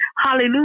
Hallelujah